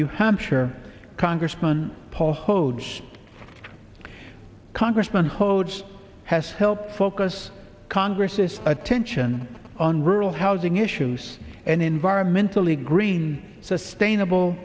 new hampshire congressman paul hodes congressman hodes has helped focus congress's attention on rural housing issues and environmentally green sustainable